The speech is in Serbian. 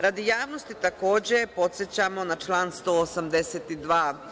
Radi javnosti, takođe, podsećamo na član 182.